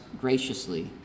graciously